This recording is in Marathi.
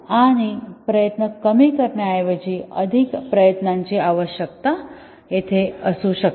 आणि प्रयत्न कमी करण्याऐवजी अधिक प्रयत्नांची आवश्यकता येथे असू शकते